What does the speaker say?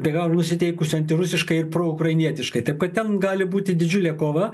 be galo nusiteikusių antirusiškai ir proukrainietiškai taip kad ten gali būti didžiulė kova